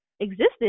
existed